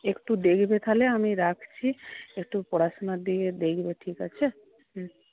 একটু দেখবে তাহলে আমি রাখছি একটু পড়াশোনার দিকে দেখবে ঠিক আছে